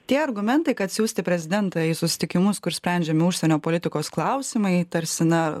tie argumentai kad siųsti prezidentą į susitikimus kur sprendžiami užsienio politikos klausimai tarsi na